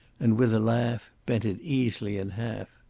and, with a laugh, bent it easily in half.